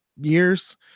years